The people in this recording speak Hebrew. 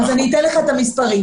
אני אתן לך מספרים.